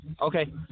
Okay